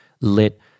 lit